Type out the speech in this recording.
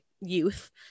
youth